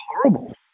horrible